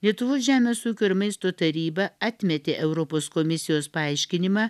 lietuvos žemės ūkio ir maisto taryba atmetė europos komisijos paaiškinimą